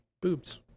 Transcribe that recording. boobs